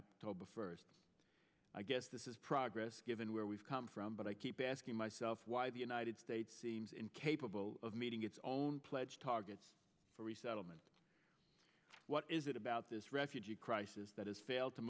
the first i guess this is progress given where we've come from but i keep asking myself why the united states seems incapable of meeting its own pledge targets for resettlement what is it about this refugee crisis that has failed to